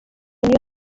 niyo